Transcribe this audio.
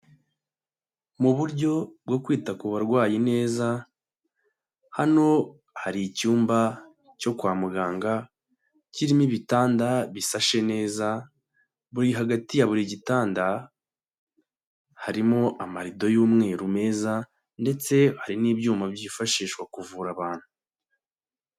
Mu buryo bwo kwita ku barwayi neza, hano hari icyumba cyo kwa muganga kirimo ibitanda bisashe neza, buri hagati ya buri gitanda harimo amarido y'umweru meza ndetse hari n'ibyuma byifashishwa kuvura abantu.